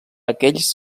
aquells